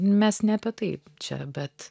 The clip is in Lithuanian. mes ne apie tai čia bet